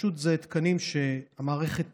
אלה פשוט תקנים שהמערכת